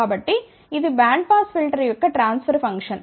కాబట్టి ఇది bandpass filter యొక్క ట్రాన్స్ఫర్ ఫంక్షన్